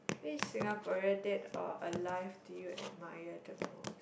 which Singaporean dead or alive do you admire the most